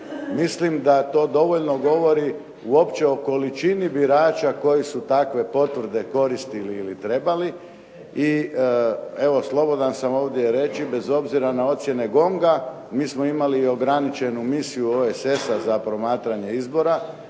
Mislim da to dovoljno govori uopće o količini birača koji su takve potvrde koristili ili trebali. Evo slobodan sam ovdje reći bez obzira na ocjene GONG-a mi smo imali ograničenu misiju OESS-a za promatranje izbora